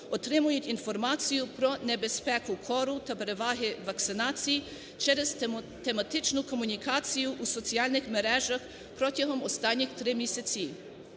отримують інформацію про небезпеку кору та переваги вакцинації через тематичну комунікацію у соціальних мережах протягом останніх трьох місяців.